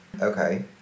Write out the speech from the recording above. Okay